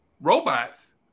robots